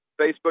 Facebook